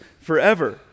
forever